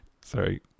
Sorry